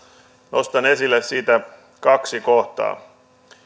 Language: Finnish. nostan esille siitä kaksi kohtaa